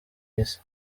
isi